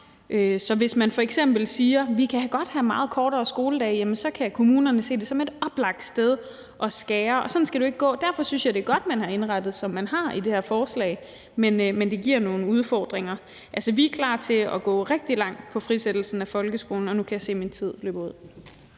Så hvis man f.eks. siger, at vi godt kan have meget kortere skoledage, kan kommunerne se det som et oplagt sted at skære, og sådan skal det jo ikke gå. Derfor synes jeg, det er godt, at man har indrettet det, som man har i det her forslag, men det giver nogle udfordringer. Vi er klar til at gå rigtig langt med frisættelsen af folkeskolen. Og nu kan jeg se, at min tid løber ud.